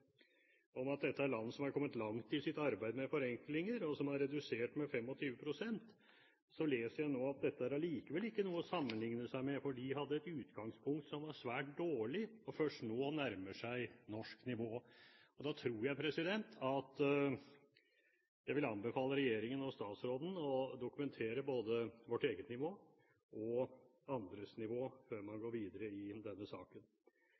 om at dette er land som har kommet langt i sitt arbeid med forenklinger, og som har redusert med 25 pst. Så leser jeg nå at dette likevel ikke er noe å sammenligne seg med, for de hadde et utgangspunkt som var svært dårlig, og først nå nærmer seg norsk nivå. Jeg tror jeg vil anbefale regjeringen og statsråden å dokumentere både vårt eget nivå og andres nivå, før man går videre i denne saken.